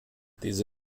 diese